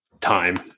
time